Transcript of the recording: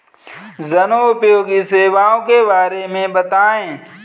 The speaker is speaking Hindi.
जनोपयोगी सेवाओं के बारे में बताएँ?